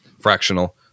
fractional